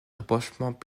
rapprochement